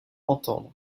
entendre